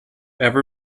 ever